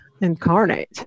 incarnate